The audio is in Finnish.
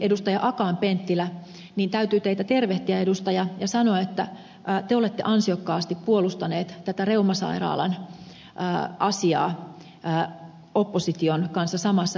akaan penttilä täytyy teitä tervehtiä edustaja ja sanoa että te olette ansiokkaasti puolustanut tätä reumasairaalan asiaa opposition kanssa samassa rintamassa